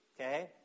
okay